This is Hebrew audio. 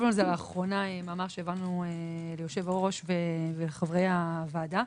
לענייני חקיקה ולאחרונה העברנו מאמר שכתבנו ליושב-הראש ולחברי הוועדה.